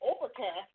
overcast